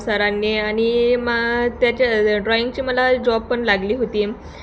सरांनी आणि मग त्याच्या ड्रॉईंगची मला जॉब पण लागली होती